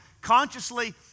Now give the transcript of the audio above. consciously